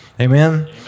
Amen